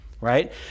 right